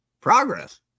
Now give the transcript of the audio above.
Progress